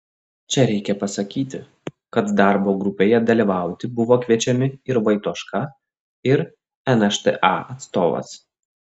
čia reikia pasakyti kad darbo grupėje dalyvauti buvo kviečiami ir vaitoška ir nšta atstovas